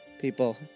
People